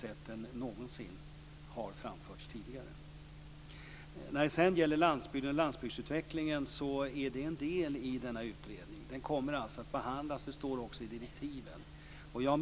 Det har framförts tydligare än någonsin tidigare. Utvecklingen på landsbygden är en del i denna utredning. Frågan kommer att behandlas, och det framgår också i direktiven.